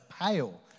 pale